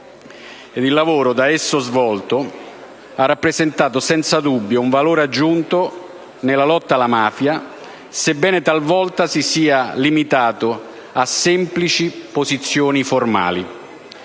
Il lavoro da essa svolto ha rappresentato senza dubbio un valore aggiunto nella lotta alla mafia, sebbene talvolta si sia limitato a semplici posizioni formali.